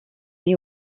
mis